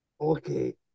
Okay